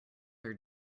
are